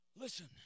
Listen